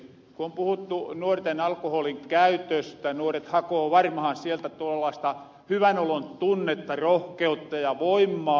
kun on puhuttu nuorten alkoholinkäytöstä nuoret hakoo varmahan sieltä tuollasta hyvänolontunnetta rohkeutta ja voimaa